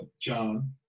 John